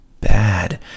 bad